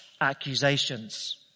accusations